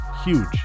huge